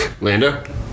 Lando